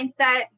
mindset